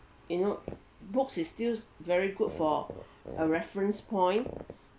you know books is still very good for a reference point